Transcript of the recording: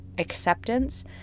acceptance